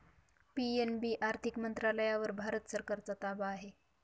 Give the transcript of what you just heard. PNB आर्थिक मंत्रालयावर भारत सरकारचा ताबा आहे